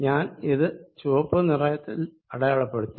ഞാൻ ഇത് ചുവപ്പു നിറത്തിൽ അടയാളപ്പെടുത്തി